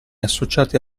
associati